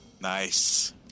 Nice